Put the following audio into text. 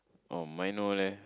oh mine no leh